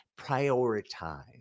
prioritize